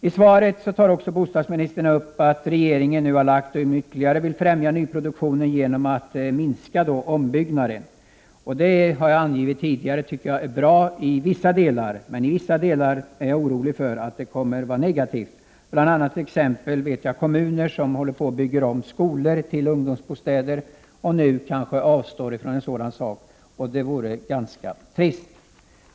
I svaret säger bostadsministern att regeringen vill ytterligare främja nyproduktionen genom att minska ombyggnaden. Som jag har angett tidigare tycker jag det är bra i vissa delar, men i andra delar är jag orolig för att det kommer att vara negativt. Bl. a. vet jag att kommuner som håller på att bygga om skolor till ungdomsbostäder kanske nu kommer att avstå från detta, och det vore ju trist.